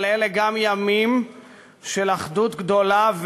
אבל אלה גם ימים של אחדות גדולה,